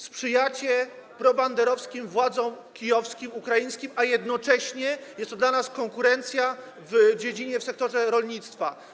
Sprzyjacie probanderowskim władzom kijowskim, ukraińskim, a jednocześnie jest to dla nas konkurencja w dziedzinie, w sektorze rolnictwa.